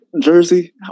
jersey